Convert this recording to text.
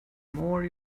more